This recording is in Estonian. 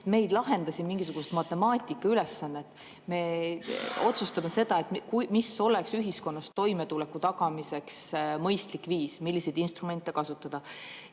ei lahenda siin mingisugust matemaatikaülesannet, me otsustame selle üle, mis oleks ühiskonnas toimetuleku tagamiseks mõistlik viis, milliseid instrumente kasutada.